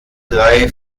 drei